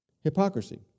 Hypocrisy